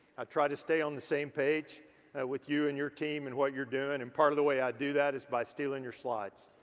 i tried to stay on the same page with you and your team and what you're doing and and part of the way i do that is by stealing your slides.